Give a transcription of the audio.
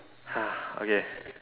!huh! okay